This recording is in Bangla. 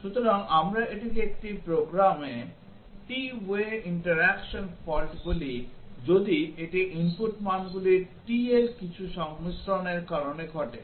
সুতরাং আমরা এটিকে একটি প্রোগ্রামে t ওয়ে interaction ফল্ট বলি যদি এটি input মানগুলির t এর কিছু সংমিশ্রণের কারণে ঘটে